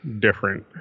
different